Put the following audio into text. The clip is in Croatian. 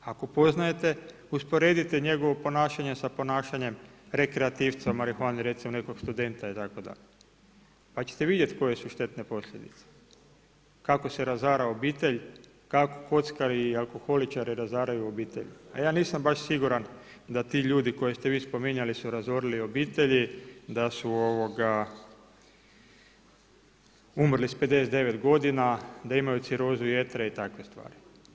Ako poznajete, usporedite njegovo ponašanje sa ponašanjem rekreativca marihuane, recimo nekog studenta itd. pa ćete vidjeti koje su štetne posljedice, kako se razara obitelj, kako kockari i alkoholičari razaraju obitelj, a ja nisam baš siguran da ti ljudi koje ste vi spominjali su razorili obitelji, da su umrli sa 59 godina, da imaju cirozu jetre, i takve stvari.